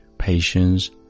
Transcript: patience